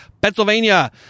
Pennsylvania